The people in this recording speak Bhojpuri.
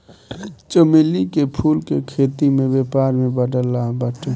चमेली के फूल के खेती से व्यापार में बड़ा लाभ बाटे